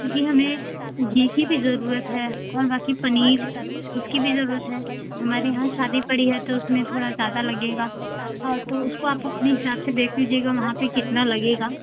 जी हमें घी की भी ज़रूरत है और बाकी पनीर उसकी भी ज़रूरत है हमारे यहाँ शादी पड़ी है तो उसमें थोड़ा ज़्यादा लगेगा तो उसको आप अपने हिसाब से देख लीजिएगा वहाँ पर कितना लगेगा